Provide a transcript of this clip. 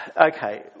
Okay